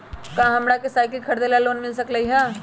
का हमरा के साईकिल खरीदे ला लोन मिल सकलई ह?